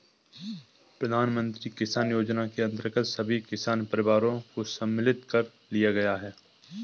प्रधानमंत्री किसान योजना के अंतर्गत सभी किसान परिवारों को सम्मिलित कर लिया गया है